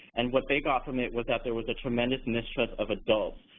and what they got from it was that there was a tremendous mistrust of adults.